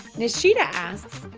nishita asks,